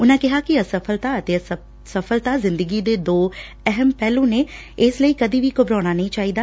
ਉਨੂਾਂ ਕਿਹਾ ਕਿ ਅਸਫ਼ਲਤਾ ਅਤੇ ਸਫਲਤਾ ਜਿੰਦਗੀ ਦੇ ਦੋ ਪਹਿਲੂ ਨੇ ਇਸ ਲਈ ਕਦੀ ਵੀ ਘਟਰਾਉਣਾ ਨਹੀਂ ਚਾਹੀਦਾ